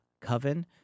Coven